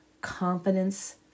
confidence